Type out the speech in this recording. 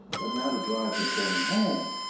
but now to drive the point home,